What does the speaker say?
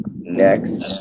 next